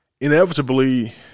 inevitably